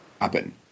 happen